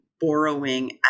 borrowing